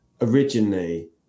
originally